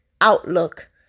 outlook